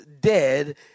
dead